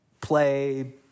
play